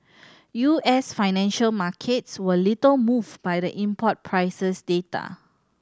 U S financial markets were little moved by the import prices data